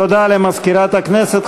תודה למזכירת הכנסת.